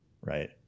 Right